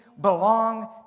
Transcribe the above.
belong